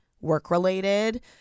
work-related